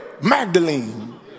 Magdalene